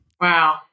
Wow